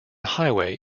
highway